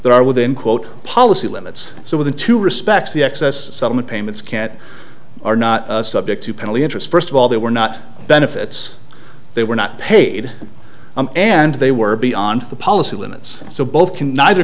there are within quote policy limits so within two respects the excess settlement payments can't are not subject to penalty interest first of all they were not benefits they were not paid and they were beyond the policy limits so both can neither